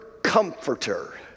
Comforter